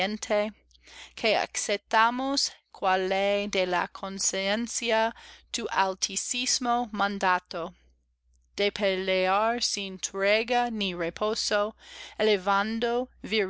que aceptemos cual ley de la conciencia tu altísimo mandato de pelear sin tregua ni reposo